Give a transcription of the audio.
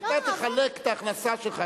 אתה תחלק את ההכנסה שלך,